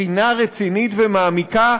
בחינה רצינית ומעמיקה,